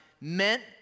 meant